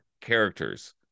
characters